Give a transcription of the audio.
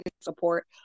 support